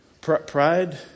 Pride